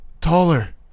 Taller